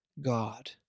God